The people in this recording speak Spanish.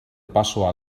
paso